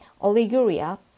oliguria